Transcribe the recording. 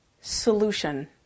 Solution